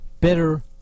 better